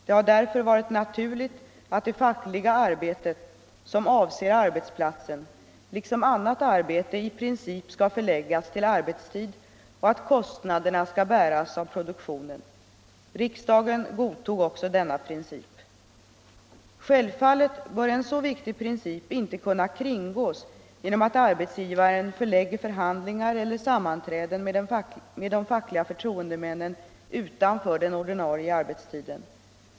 Det har därför varit naturligt att det fackliga arbete, som avser arbetsplatsen, liksom annat arbete i princip skall förläggas till arbetstid och att kostnaderna skall bäras av produktionen. Riksdagen godtog också denna princip. Självfallet bör en så viktig princip inte kunna kringgås genom att arbetsgivaren förlägger förhandlingar eller sammanträden med de fackliga förtroendemännen utanför den ordinarie arbetstiden.